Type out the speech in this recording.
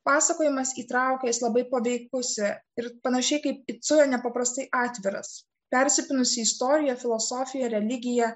pasakojimas įtraukia jis labai paveikus ir panašiai kaip icuje nepaprastai atviras persipynusi istorija filosofija religija